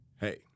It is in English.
hey